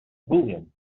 boolean